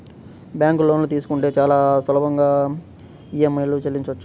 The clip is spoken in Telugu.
బ్యేంకులో లోన్లు తీసుకుంటే చాలా సులువుగా ఈఎంఐలను చెల్లించొచ్చు